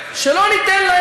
מי שמכיר,